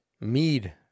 mead